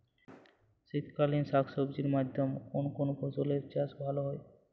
শীতকালীন শাকসবজির মধ্যে কোন কোন ফসলের চাষ ভালো হয়?